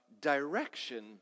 direction